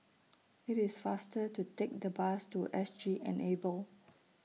IT IS faster to Take The Bus to S G Enable